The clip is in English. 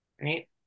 Right